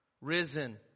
Risen